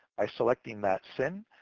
by selecting that sin,